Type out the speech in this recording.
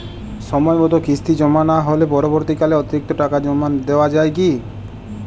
সময় মতো কিস্তি জমা না হলে পরবর্তীকালে অতিরিক্ত টাকা জমা দেওয়া য়ায় কি?